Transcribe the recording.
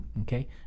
okay